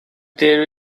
there